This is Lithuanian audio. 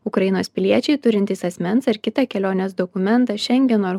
ukrainos piliečiai turintys asmens ar kitą kelionės dokumentą šengeno ar